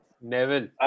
Neville